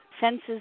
fences